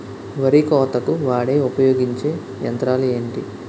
వరి కోతకు వాడే ఉపయోగించే యంత్రాలు ఏంటి?